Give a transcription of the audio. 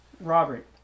Robert